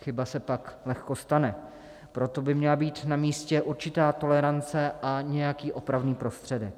Chyba se pak lehko stane, proto by měla být na místě určitá tolerance a nějaký opravný prostředek.